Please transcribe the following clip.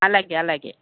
అలాగే అలాగే